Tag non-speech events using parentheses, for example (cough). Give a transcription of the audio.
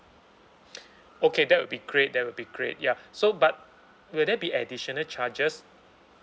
(breath) okay that would be great that would be great ya so but will there be additional charges